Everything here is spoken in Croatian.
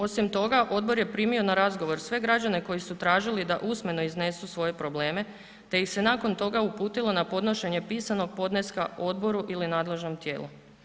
Osim toga odbor je primio na razgovor sve građane koji su tražili da usmeno iznesu svoje probleme te ih se nakon toga uputilo na podnošenje pisanog podneska odboru ili nadležnom tijelu.